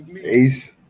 Ace